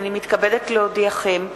הנני מתכבדת להודיעכם,